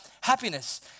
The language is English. happiness